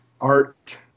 art